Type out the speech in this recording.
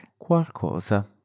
qualcosa